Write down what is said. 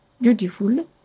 beautiful